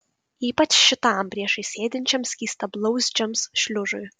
ypač šitam priešais sėdinčiam skystablauzdžiams šliužui